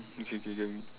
okay K K